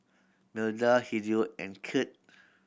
Milda Hideo and Kirt